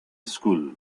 school